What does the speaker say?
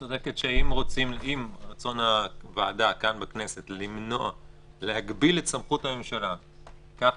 צודקת שאם רצון הוועדה כאן להגביל את סמכות הממשלה כך